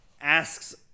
asks